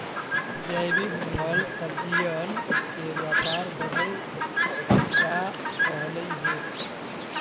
जैविक फल सब्जियन के व्यापार बढ़ल जा रहलई हे